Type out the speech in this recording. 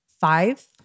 Five